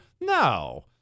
No